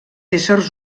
éssers